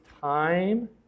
time